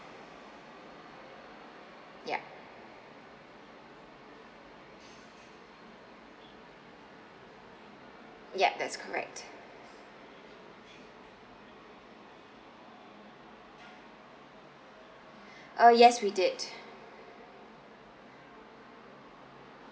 yup yup that's correct uh yes we did